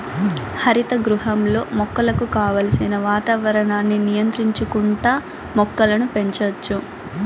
హరిత గృహంలో మొక్కలకు కావలసిన వాతావరణాన్ని నియంత్రించుకుంటా మొక్కలను పెంచచ్చు